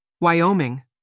Wyoming